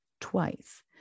twice